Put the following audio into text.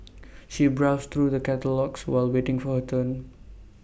she browsed through the catalogues while waiting for her turn